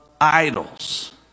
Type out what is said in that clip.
idols